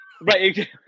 right